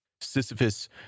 Sisyphus